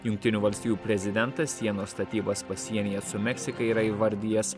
jungtinių valstijų prezidentas sienos statybas pasienyje su meksika yra įvardijęs